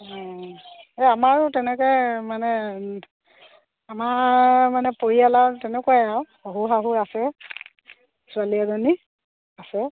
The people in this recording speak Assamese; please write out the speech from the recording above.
অঁ এই আমাৰো তেনেকৈ মানে আমাৰ মানে পৰিয়াল আৰু তেনেকুৱাই আৰু শহুৰ শাহু আছে ছোৱালী এজনী আছে